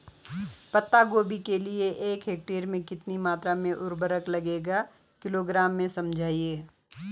पत्ता गोभी के लिए एक हेक्टेयर में कितनी मात्रा में उर्वरक लगेगा किलोग्राम में समझाइए?